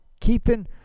keeping